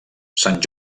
sant